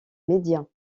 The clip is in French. médias